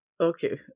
Okay